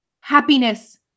Happiness